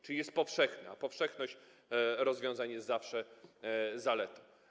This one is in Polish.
Czyli on jest powszechny, a powszechność rozwiązań jest zawsze zaletą.